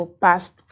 past